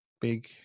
big